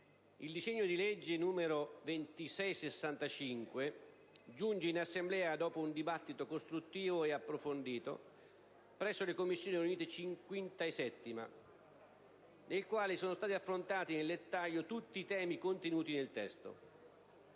il disegno di legge n. 2665 giunge in Assemblea dopo un dibattito costruttivo e approfondito presso le Commissioni riunite 5a e 7a, nel quale sono stati affrontati nel dettaglio tutti i temi contenuti nel testo.